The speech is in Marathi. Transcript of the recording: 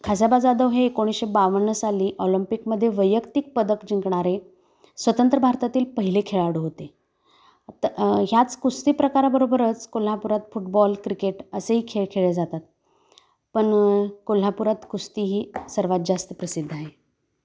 खाशाबा जाधव हे एकोणीसशे बावन्न साली ऑलम्पिकमध्ये वैयक्तिक पदक जिंकणारे स्वतंत्र भारतातील पहिले खेळाडू होते तर ह्याच कुस्ती प्रकाराबरोबरच कोल्हापुरात फुटबॉल क्रिकेट असेही खेळ खेळ जातात पण कोल्हापुरात कुस्ती ही सर्वात जास्त प्रसिद्ध आहे